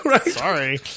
Sorry